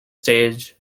stage